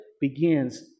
begins